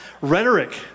rhetoric